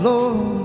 Lord